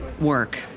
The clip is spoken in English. work